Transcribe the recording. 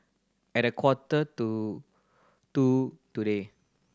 at a quarter to two today